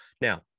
Now